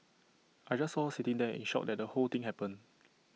I just saw her sitting there in shock that the whole thing happened